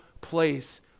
place